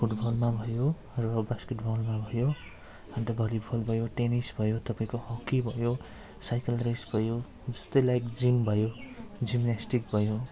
फुटबलमा भयो र बास्केटबलमा भयो अन्त भलिबल भयो टेनिस भयो तपाईँको हकी भयो साइकल रेस भयो जस्तै लाइक जिम भयो जिमेस्टिक भयो